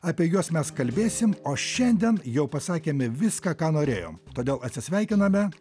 apie juos mes kalbėsim o šiandien jau pasakėme viską ką norėjom todėl atsisveikiname